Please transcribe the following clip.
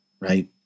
right